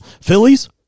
Phillies